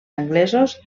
anglesos